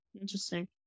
Interesting